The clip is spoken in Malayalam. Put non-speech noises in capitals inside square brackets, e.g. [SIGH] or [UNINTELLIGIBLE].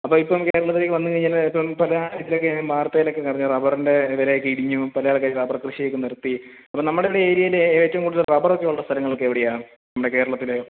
അപ്പം ഇപ്പം കേരളത്തിലേക്ക് വന്നു കഴിഞ്ഞാൽ [UNINTELLIGIBLE] ഇപ്പം പല ഇതിലൊക്കെ വാർത്തയിലൊക്കെ കണ്ടു ഞാൻ റബ്ബറിൻ്റെ വിലയൊക്കെ ഇടിഞ്ഞു പല ആൾക്കാരും ഈ റബ്ബർ കൃഷിയൊക്കെ നിർത്തി അപ്പം നമ്മുടെ ഇവിടെ ഏരിയയിൽ ഏറ്റവും കൂടുതൽ റബ്ബറൊക്കെ ഉള്ള സ്ഥലങ്ങളൊക്കെ എവിടെയാ നമ്മുടെ കേരളത്തിൽ